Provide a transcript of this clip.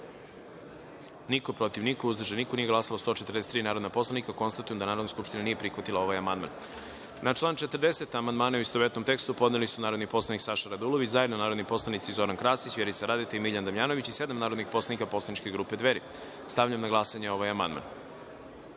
niko, protiv – niko, uzdržanih – nema, nisu glasala 143 narodna poslanika. Konstatujem da Narodna skupština nije prihvatila ovaj amandman. Na član 39. amandmane, u istovetnom tekstu, podneli su narodni poslanik Saša Radulović, zajedno narodni poslanici Zoran Krasić, Vjerica Radeta i Dubravko Bojić i sedam narodnih poslanik poslaničke grupe Dveri. Stavljam na glasanje ovaj